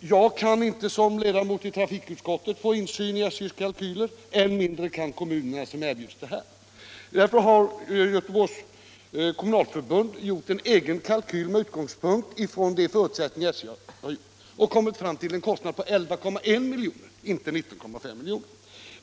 Jag kan som ledamot av trafikutskottet inte få insyn i SJ:s kalkyler — än mindre kan kommunerna, som erbjuds tågpaketet, få någon sådan insyn. Därför har Göteborgsregionens kommunalförbund gjort en egen kalkyl utifrån samma förutsättningar som SJ har haft och kommit fram till en kostnad på 11,1 milj.kr.